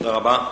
תודה רבה.